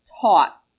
taught